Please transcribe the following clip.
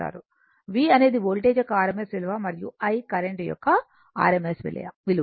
V అనేది voltage యొక్క rms విలువ మరియు I కరెంట్ యొక్క rms విలువ